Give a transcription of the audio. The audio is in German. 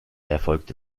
erfolgte